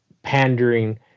pandering